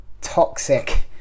toxic